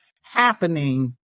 happening